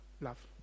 love